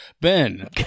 Ben